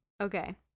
Okay